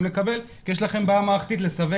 לקבל כי יש לכם בעיה מערכתית לסווג.